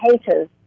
haters